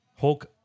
Hulk